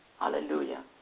Hallelujah